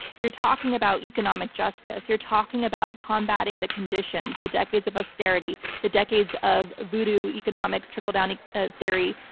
you're talking about economic justice. you're talking about combating the conditions, the decades of austerity, the decades of voodoo economics, trickle-down ah ah theory,